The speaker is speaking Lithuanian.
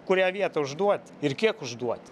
kurią vietą užduoti ir kiek užduoti